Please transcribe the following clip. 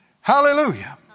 Hallelujah